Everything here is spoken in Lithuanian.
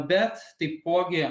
bet taipogi